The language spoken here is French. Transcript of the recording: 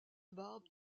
barbe